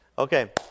Okay